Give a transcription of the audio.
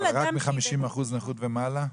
רק מ-50 אחוזי נכות ומעלה?